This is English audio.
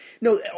no